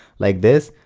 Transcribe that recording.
like this.